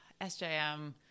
SJM –